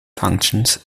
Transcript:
functions